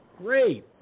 great